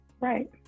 Right